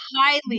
highly